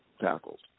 tackles